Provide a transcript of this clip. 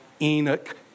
Enoch